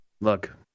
Look